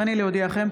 הריני להודיעכם,